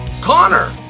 Connor